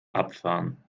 abfahren